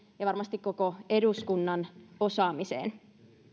ja varmasti koko eduskunnan osaamiseen